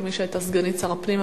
כמי שהיתה סגנית שר הפנים,